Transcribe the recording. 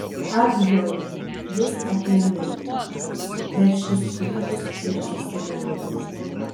ag jau jis apie mirtį keršis piktas ir išsigandęs